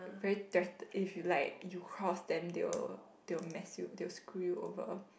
very threat~ if you like you cross them they will they will mess you they will screw you over